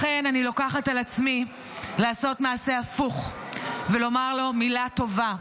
לכן אני לוקחת על עצמי לעשות מעשה הפוך ולומר לו מילה טובה,